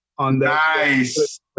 Nice